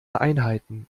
einheiten